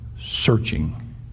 searching